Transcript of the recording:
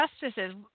justices